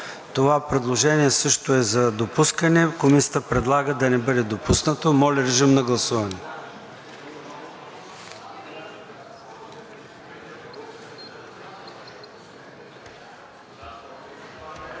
Това предложение също е за допускане. Комисията предлага да не бъде допуснато. Моля, режим на гласуване.